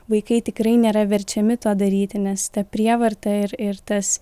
vaikai tikrai nėra verčiami to daryti nes ta prievarta ir ir tas